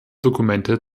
dokumente